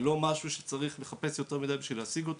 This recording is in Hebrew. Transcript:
היא לא משהו שצריך לחפש יותר מידי בשביל להשיג אותו,